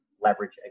leverage